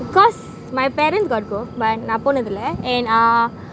because my parents got go but நா போனதில்ல:na ponathilla and uh